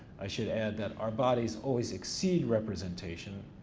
i should add that our bodies always exceed representation.